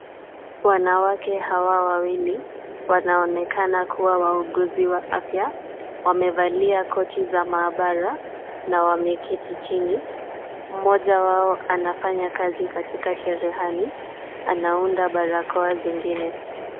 Wanawake hawa wawili, wanaonekana kubwa wauguzi wa afya. Wamevalia koti za maabara na wameketi chini, mmoja wao anafanya kazi katika cherehani na anaunda barakoa zingine.